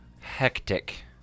hectic